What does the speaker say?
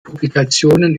publikationen